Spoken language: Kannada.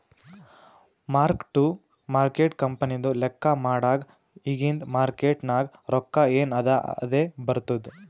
ಮಾರ್ಕ್ ಟು ಮಾರ್ಕೇಟ್ ಕಂಪನಿದು ಲೆಕ್ಕಾ ಮಾಡಾಗ್ ಇಗಿಂದ್ ಮಾರ್ಕೇಟ್ ನಾಗ್ ರೊಕ್ಕಾ ಎನ್ ಅದಾ ಅದೇ ಬರ್ತುದ್